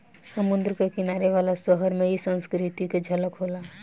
समुंद्र के किनारे वाला शहर में इ संस्कृति के झलक होला